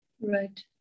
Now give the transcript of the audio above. Right